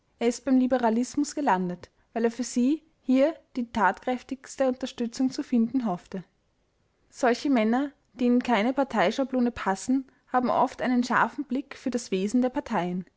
er ist beim liberalismus gelandet weil er für sie hier die tatkräftigste unterstützung zu finden hoffte solche männer die in keine parteischablone passen haben oft einen scharfen blick für das wesen der parteien